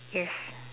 yes